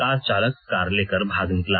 car चालक car लेकर भाग निकला